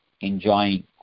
enjoying